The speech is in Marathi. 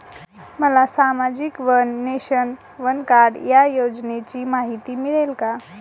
मला सामाजिक वन नेशन, वन कार्ड या योजनेची माहिती मिळेल का?